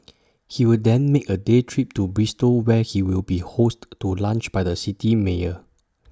he will then make A day trip to Bristol where he will be hosted to lunch by the city's mayor